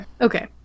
Okay